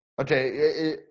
Okay